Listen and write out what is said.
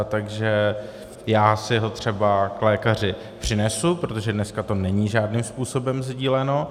Takže já si ho třeba k lékaři přinesu, protože dneska to není žádným způsobem sdíleno.